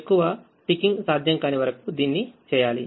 ఎక్కువ అ టికింగ్ సాధ్యంకాని వరకు దీన్ని చేయాలి